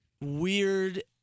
weird